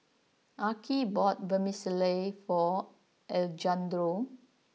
Arkie bought Vermicelli for Alejandro